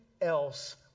else